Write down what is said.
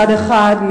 מצד אחד,